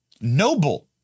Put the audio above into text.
noble